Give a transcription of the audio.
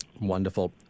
Wonderful